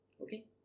Okay